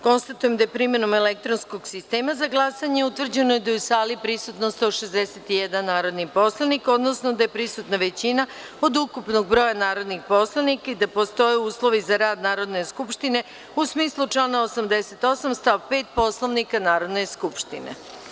Konstatujem da je, primenom elektronskog sistema za glasanje, utvrđeno da je u sali prisutan 161 narodni poslanik, odnosno da je prisutna većina od ukupnog broja narodnih poslanika i da postoje uslovi za rad Narodne skupštine u smislu člana 88. stav 5. Poslovnika Narodne skupštine.